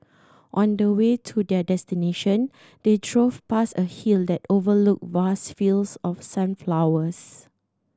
on the way to their destination they drove past a hill that overlooked vast fields of sunflowers